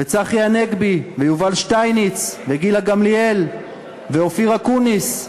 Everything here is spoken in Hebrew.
וצחי הנגבי ויובל שטייניץ וגילה גמליאל ואופיר אקוניס.